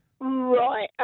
Right